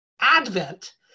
advent